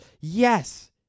Yes